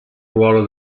ruolo